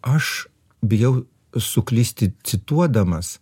aš bijau suklysti cituodamas